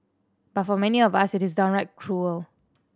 but for many of us it is downright cruel